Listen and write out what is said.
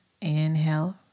Inhale